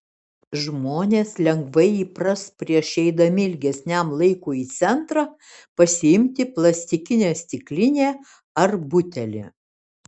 žmonės lengvai įpras prieš eidami ilgesniam laikui į centrą pasiimti plastikinę stiklinę ar butelį